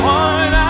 one